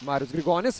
marius grigonis